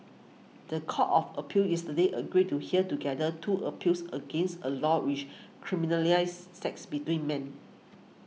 the Court of Appeal yesterday agreed to hear together two appeals against a law which criminalises sex between men